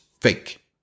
fake